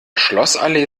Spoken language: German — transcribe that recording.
schlossallee